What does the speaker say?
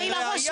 ואם לא,